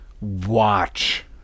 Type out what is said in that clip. watch